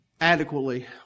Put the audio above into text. adequately